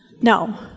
No